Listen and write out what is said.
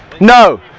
No